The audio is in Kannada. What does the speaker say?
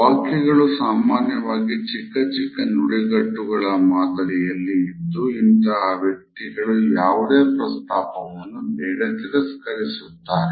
ವಾಕ್ಯಗಳು ಸಾಮಾನ್ಯವಾಗಿ ಚಿಕ್ಕ ಚಿಕ್ಕ ನುಡಿಗಟ್ಟುಗಳ ಮಾದರಿಯಲ್ಲಿ ಇದ್ದು ಇಂತಹ ವ್ಯಕ್ತಿಗಳು ಯಾವುದೇ ಪ್ರಸ್ತಾಪವನ್ನು ಬೇಗ ತಿರಸ್ಕರಿಸುತ್ತಾರೆ